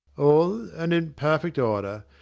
all and in perfect order.